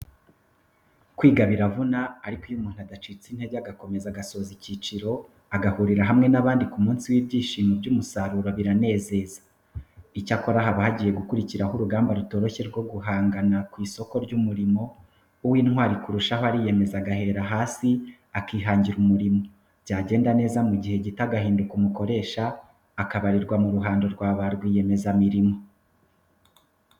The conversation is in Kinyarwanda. Kwiga biravuna, ariko iyo umuntu adacitse intege agakomeza agasoza icyiciro, agahurira hamwe n'abandi ku munsi w'ibyishimo by'umusaruro biranezeza. Icyakora haba hagiye gukurikiraho urugamba rutoroshye rwo guhangana ku isoko ry'umurimo, uw'intwari kurushaho ariyemeza agahera hasi akihangira umurimo, byagenda neza mu gihe gito agahinduka umukoresha, akabarirwa mu ruhando rwa ba rwiyemezamirimo.